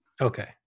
Okay